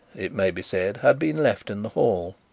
it may be said, had been left in the hall.